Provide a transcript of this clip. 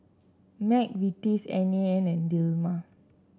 McVitie's N A N and Dilmah